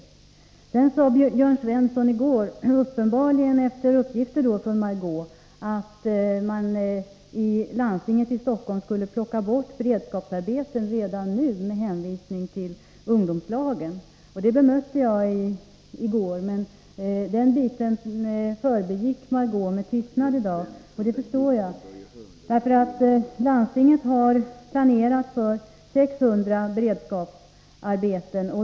I går sade Jörn Svensson också — uppenbarligen efter uppgifter från Margé Ingvardsson — att landstinget i Stockholms län skulle plocka bort beredskapsarbeten redan nu med hänvisning till ungdomslagen. Det bemötte jag i går, men detta förbigick Marg6ö Ingvardsson med tystnad i dag. Det förstår jag, för landstinget har planerat för 600 beredskapsarbeten.